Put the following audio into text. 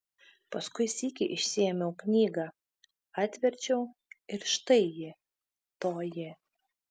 paskui sykį išsiėmiau knygą atverčiau ir štai ji toji